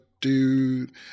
dude